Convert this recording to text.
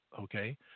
Okay